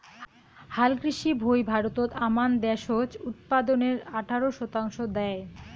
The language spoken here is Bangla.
হালকৃষি ভুঁই ভারতত আমান দ্যাশজ উৎপাদনের আঠারো শতাংশ দ্যায়